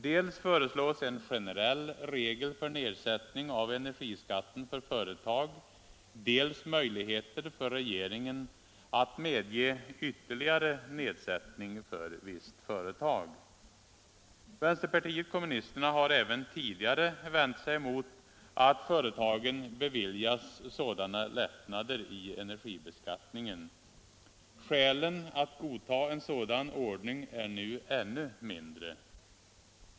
Dels föreslås en generell regel för nedsättning av energiskatten för företag, dels föreslås möjligheter för regeringen att medge ytterligare nedsättning för visst företag. Vänsterpartiet kommunisterna har även tidigare vänt sig mot att företagen beviljas sådana lättnader i energibeskattningen. Skälen att godta en sådan ordning är nu ännu mindre.